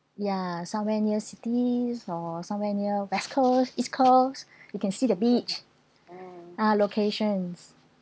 ya somewhere near cities or somewhere near west coast east coast you can see the beach ah locations